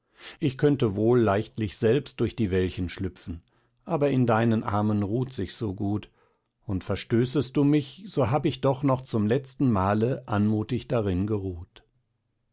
ich könnte wohl leichtlich selbst durch die wellchen schlüpfen aber in deinen armen ruht sich's so gut und verstößest du mich so hab ich doch noch zum letzten male anmutig darin geruht